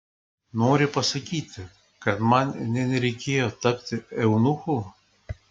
nori pasakyti kad man nė nereikėjo tapti eunuchu